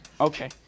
Okay